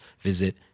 visit